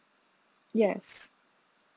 yes